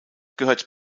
gehört